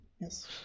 Yes